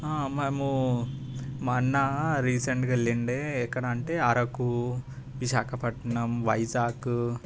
మా మేము అన్న రీసెంట్గా వెళ్లిండే ఎక్కడ అంటే అరకు విశాఖపట్నం వైజాగ్కు